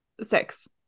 six